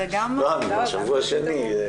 זה גם --- לא, אני כבר שבוע שני.